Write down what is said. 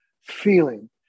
feeling